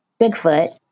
Bigfoot